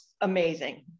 amazing